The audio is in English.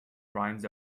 rhymes